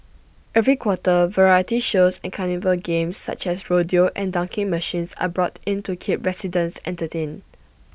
every quarter variety shows and carnival games such as rodeo and dunking machines are brought in to keep residents entertained